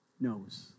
knows